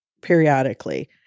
periodically